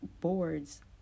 boards